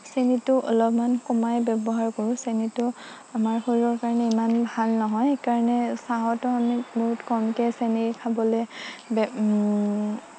চেনীটো অলপমান কমাই ব্যবহাৰ কৰোঁ চেনীটো আমাৰ শৰীৰৰ কাৰণে ইমান ভাল নহয় সেইকাৰণে চাহতো আমি বহুত কমকৈ চেনী খাবলৈ